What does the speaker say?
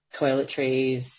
toiletries